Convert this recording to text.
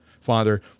Father